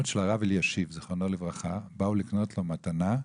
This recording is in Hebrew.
אליך הוא קורא את נפשו,